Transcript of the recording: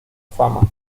fama